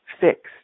fixed